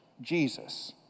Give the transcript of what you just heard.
Jesus